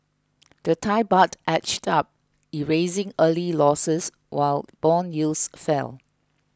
the Thai Baht edged up erasing early losses while bond yields fell